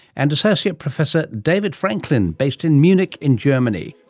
and associate professor david franklin, based in munich in germany.